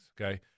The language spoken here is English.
Okay